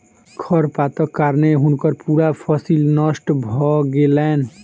खरपातक कारणें हुनकर पूरा फसिल नष्ट भ गेलैन